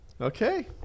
Okay